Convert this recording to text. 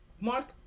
Mark